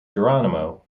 geronimo